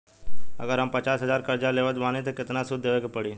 अगर हम पचास हज़ार कर्जा लेवत बानी त केतना सूद देवे के पड़ी?